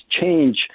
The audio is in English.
change